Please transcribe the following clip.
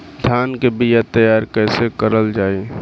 धान के बीया तैयार कैसे करल जाई?